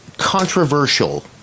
controversial